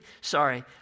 sorry